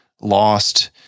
lost